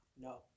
No